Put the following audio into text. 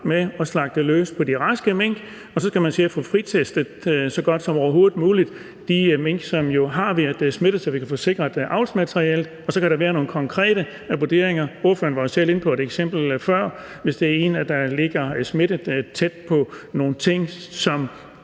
med at slagte løs på de raske mink, og så skal man så godt som overhovedet muligt se at få fritestet de mink, som jo har været smittet, så vi kan få sikret avlsmaterialet. Og så kan der være nogle konkrete vurderinger – ordføreren var jo selv inde på et eksempel før: Hvis der er en smittet, der ligger tæt på nogle ting, som